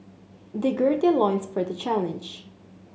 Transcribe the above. they gird their loins for the challenge